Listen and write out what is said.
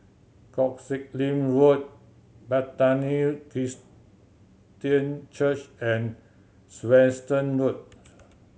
Koh Sek Lim Road Bethany Christian Church and Swettenham Road